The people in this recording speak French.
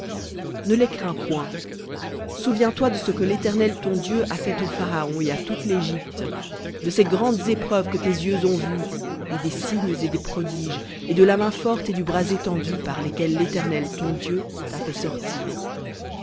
ne les crains point souviens-toi de ce que l'éternel ton dieu a fait au pharaon et à toute légypte de ces grandes épreuves que tes yeux ont vues et des signes et des prodiges et de la main forte et du bras étendu par lesquels l'éternel ton dieu t'a fait sortir